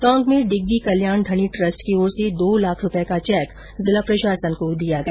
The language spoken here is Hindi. टोंक में डिग्गी कल्याण धणी ट्रस्ट की ओर से दो लाख रूपये का चैक जिला प्रशासन को दिया गया